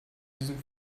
diesem